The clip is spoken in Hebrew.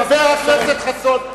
חבר הכנסת חסון.